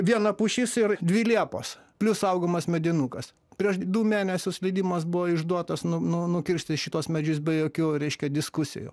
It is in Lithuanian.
viena pušis ir dvi liepos plius saugomas medinukas prieš du mėnesius leidimas buvo išduotas nu nu nukirsti šituos medžius be jokių reiškia diskusijų